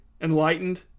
enlightened